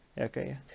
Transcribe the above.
Okay